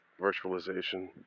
virtualization